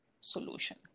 solution